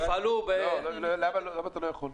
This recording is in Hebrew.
תפעלו --- למה אתה לא יכול?